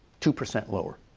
two percent lower.